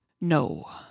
No